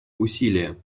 усилия